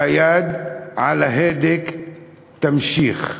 והיד על ההדק תמשיך.